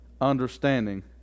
understanding